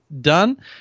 done